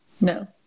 No